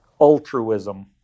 altruism